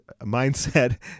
mindset